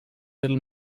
little